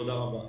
תודה רבה.